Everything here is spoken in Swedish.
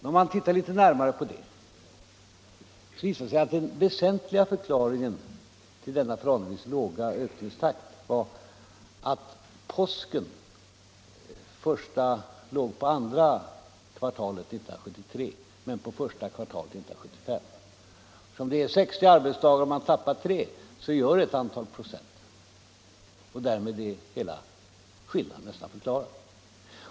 När man tittar litet närmare på denna uppgift, visar det sig att den väsentliga förklaringen till denna förhållandevis låga ökningstakt var att påsken inföll under andra kvartalet 1973 men under första kvartalet 1975. Det finns 60 arbetsdagar på ett kvartal, och tappar man tre av dessa, gör det ett antal procent på elförbrukningen. Därmed är nästan hela skillnaden förklarad.